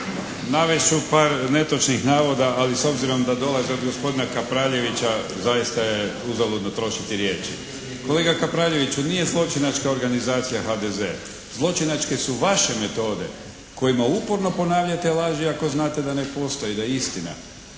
navest ću par netočnih navoda ali s obzirom da dolaze od gospodina Kapraljevića zaista je uzaludno trošiti riječi. Kolega Kapraljeviću! Nije zločinačka organizacija HDZ. Zločinačke su vaše metode kojima uporno ponavljate laži ako znate da ne postoje i da je istina.